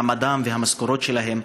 מעמדם והמשכורות שלהם,